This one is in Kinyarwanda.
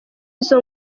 izo